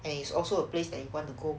and is also a place that you want to go